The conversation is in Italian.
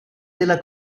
della